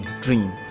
dream